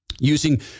Using